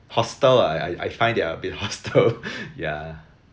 hostile I I I find they are a bit hostile yeah